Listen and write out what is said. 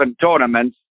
tournaments